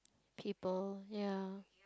people ya